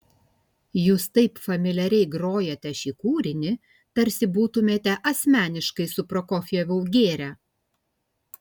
jūs taip familiariai grojate šį kūrinį tarsi būtumėte asmeniškai su prokofjevu gėrę